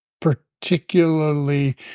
particularly